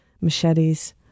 machetes